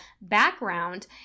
background